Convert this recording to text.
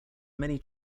many